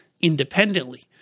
independently